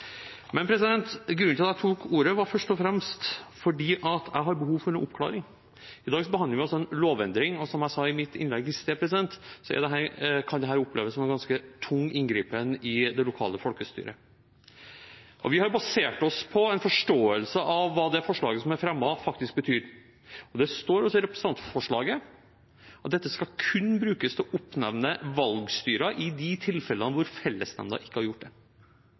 Men grunnen til at jeg tok ordet, var først og fremst at jeg har behov for en oppklaring. I dag behandler vi en lovendring, og som jeg sa i mitt innlegg i sted, kan dette oppleves som en ganske tung inngripen i det lokale folkestyret. Vi har basert oss på en forståelse av hva det forslaget som er fremmet, faktisk betyr. Det står altså i representantforslaget at dette kun skal brukes til å oppnevne valgstyre i de tilfellene der fellesnemnda ikke har gjort det.